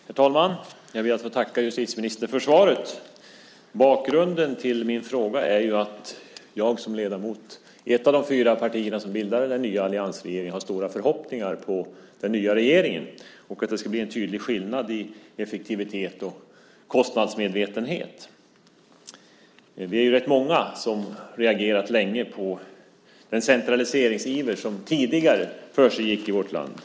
Herr talman! Jag ber att få tacka justitieministern för svaret. Bakgrunden till min fråga är att jag som ledamot i ett av de fyra partier som bildar den nya alliansregeringen har stora förhoppningar på den nya regeringen och att det ska bli en tydlig skillnad i effektivitet och kostnadsmedvetenhet. Vi är ju rätt många som sedan länge har reagerat på den centraliseringsiver som tidigare försiggick i vårt land.